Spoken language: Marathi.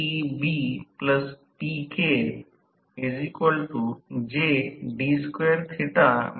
म्हणूनच हे भार प्रतिरोध आहे हे आकृती 11 मध्ये भार प्रतिरोध चिन्हांकित देखील आहे